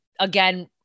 again